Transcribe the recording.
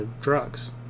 drugs